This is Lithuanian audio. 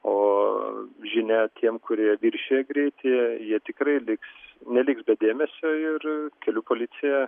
o žinia tiem kurie viršija greitį jie tikrai liks neliks be dėmesio ir kelių policija